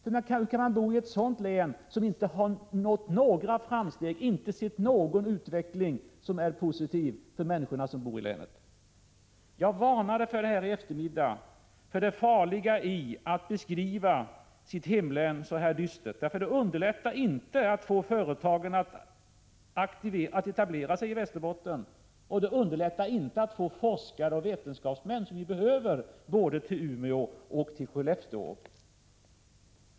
Hur kan man bo i ett sådant län som inte har gjort några framsteg och inte sett någon utveckling som är positiv för människorna som bor i länet? Jag varnade för detta i eftermiddags, jag varnade för det farliga i att beskriva sitt hemlän så här dystert. Det underlättar inte att få företag att etablera sig i Västerbotten och det underlättar inte att få forskare och vetenskapsmän — som vi behöver — både till Umeå och till Skellefteå.